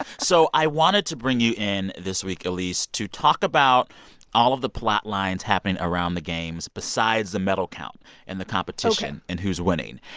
so i wanted to bring you in this week, elise, to talk about all of the plotlines happening around the games besides the medal count and the competition. ok. and who's winning.